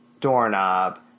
doorknob